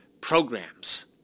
Programs